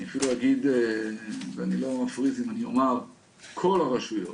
לא אפריז אם אומר כל הרשויות,